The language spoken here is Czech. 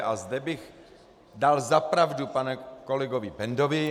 A zde bych dal za pravdu panu kolegovi Bendovi.